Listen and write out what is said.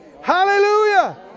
Hallelujah